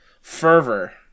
fervor